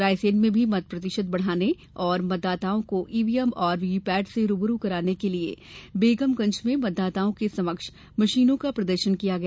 रायसेन में भी मत प्रतिशत बढ़ाने और मतदाताओं को ईवीएम और वीवीपेट से रूबरू कराने के लिए बेगमगंज में मतदाताओं के समक्ष मशीनों का प्रदर्शन किया गया